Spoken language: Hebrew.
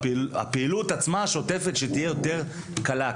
כדי שהפעילות השוטפת תהיה יותר קלה,